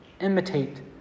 imitate